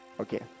Okay